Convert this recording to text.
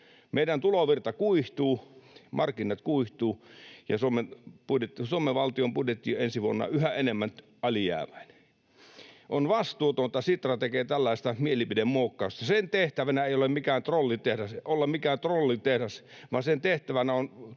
Meidän tulovirta kuihtuu, markkinat kuihtuvat, ja Suomen valtion budjetti on ensi vuonna yhä enemmän alijäämäinen. On vastuutonta, että Sitra tekee tällaista mielipidemuokkausta. Sen tehtävänä ei ole olla mikään trollitehdas, vaan sen tehtävänä on